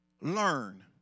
Learn